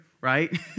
right